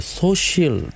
social